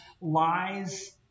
lies